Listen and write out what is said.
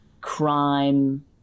crime